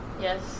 yes